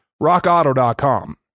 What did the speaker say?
rockauto.com